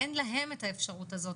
אין להם את האפשרות הזאת.